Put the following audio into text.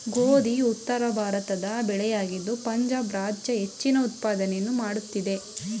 ಗೋಧಿ ಉತ್ತರಭಾರತದ ಬೆಳೆಯಾಗಿದ್ದು ಪಂಜಾಬ್ ರಾಜ್ಯ ಹೆಚ್ಚಿನ ಉತ್ಪಾದನೆಯನ್ನು ಮಾಡುತ್ತಿದೆ